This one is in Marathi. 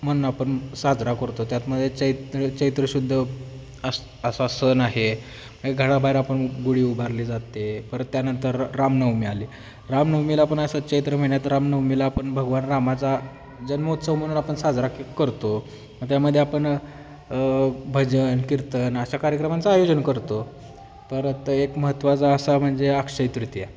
आपण आपण साजरा करतो त्यातमध्ये चैत्र चैत्र शुद्ध अस असा सण आहे घराबाहेर आपण गुढी उभारली जाते परत त्यानंतर रामनवमी आली रामनवमीला पण असं चैत्र महिन्यात रामनवमीला आपण भगवान रामाचा जन्मोत्सव म्हणून आपण साजरा करतो त्यामध्ये आपण भजन कीर्तन अशा कार्यक्रमांचं आयोजन करतो परत एक महत्त्वाचा असा म्हणजे अक्षय्यतृतीया